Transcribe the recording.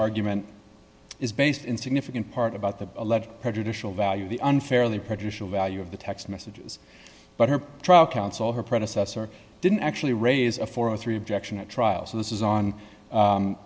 argument is based in significant part about the alleged prejudicial value of the unfairly prejudicial value of the text messages but her trial counsel her predecessor didn't actually raise a four or three objection at trial so this is on